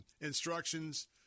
instructions